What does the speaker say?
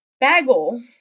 Bagel